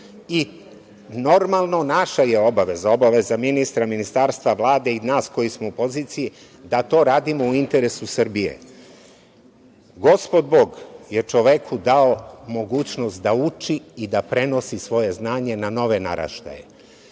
naša je obaveza, obaveza ministra, ministarstva, Vlade i nas koji smo u poziciji da to radimo u interesu Srbije. Gospod Bog je čoveku dao mogućnost da uči i da prenosi svoje znanje na nove naraštaje.